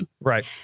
Right